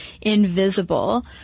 invisible